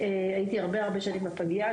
והייתי הרבה הרבה שנים בפגייה,